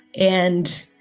and,